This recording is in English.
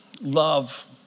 love